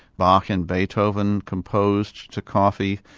bach and beethoven composed to coffee,